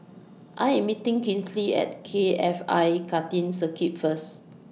I Am meeting Kinsley At K F I Karting Circuit First